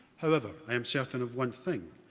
however, i am certain of one thing,